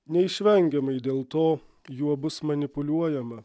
neišvengiamai dėl to juo bus manipuliuojama